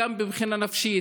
גם מבחינה נפשית,